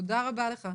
תודה רבה לך.